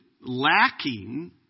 lacking